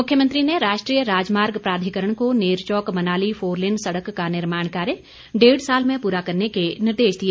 मुख्यमंत्री ने राष्ट्रीय राजमार्ग प्राधिकरण को नेरचौक मनाली फोरलेन सड़क का निर्माण कार्य डेढ़ साल में पूरा करने के निर्देश दिए